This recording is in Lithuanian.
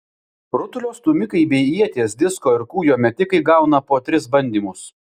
rutulio stūmikai bei ieties disko ir kūjo metikai gauna po tris bandymus